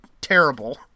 terrible